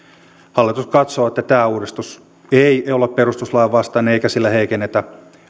hallitus katsoo että tämä uudistus ei ole perustuslain vastainen eikä sillä heikennetä